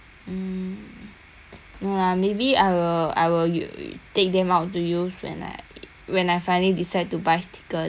no lah maybe I will I will u~ take them out to use when I when I finally decided to buy sticker then I can put together and use lor